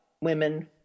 women